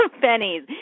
pennies